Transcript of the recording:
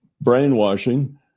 brainwashing